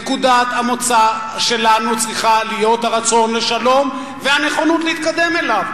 נקודת המוצא שלנו צריכה להיות הרצון לשלום והנכונות להתקדם אליו.